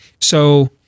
So-